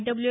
W